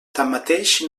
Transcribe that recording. tanmateix